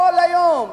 כל היום,